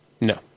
No